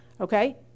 Okay